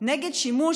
נגד שימוש,